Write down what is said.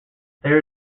there